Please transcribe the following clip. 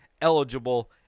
eligible